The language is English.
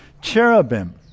Cherubim